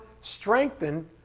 strengthen